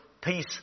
Peace